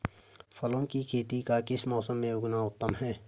फूलों की खेती का किस मौसम में उगना उत्तम है?